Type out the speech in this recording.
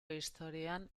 historian